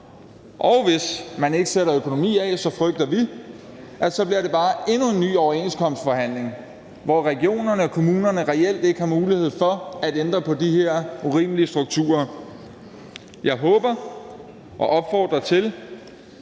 og hvis man ikke sætter økonomi af, frygter vi, at der så bare kommer endnu en overenskomstforhandling, hvor regionerne og kommunerne reelt ikke har mulighed for at ændre på de her urimelige strukturer. Jeg håber og opfordrer til,